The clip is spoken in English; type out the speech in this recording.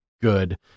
good